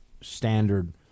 standard